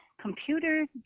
computer